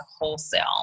wholesale